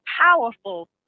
powerful